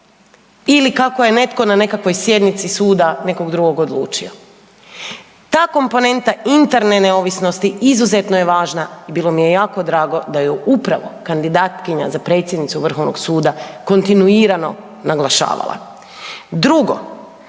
ili kao je netko na nekakvoj sjednici suda nekog drugog odlučio. Ta komponenta interne izuzetno je važna i bilo mi je jako drago da ju je upravo kandidatkinja za predsjednicu Vrhovnog suda kontinuirano naglašavala. Drugo,